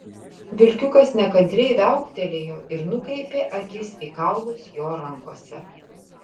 vilkiukas nekantriai viauktelėjo ir nukreipė akis į kaulus jo rankose